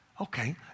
Okay